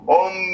on